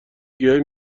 گیاهی